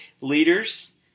leader's